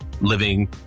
living